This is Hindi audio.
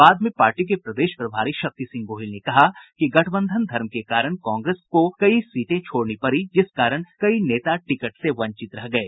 बाद में पार्टी के प्रदेश प्रभारी शक्ति सिंह गोहिल ने कहा कि गठबंधन धर्म के कारण कांग्रेस को कई सीटें छोड़नी पड़ी जिस कारण कई नेता टिकट से वंचित रह गये